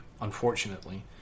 unfortunately